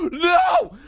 no!